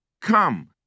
Come